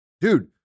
Dude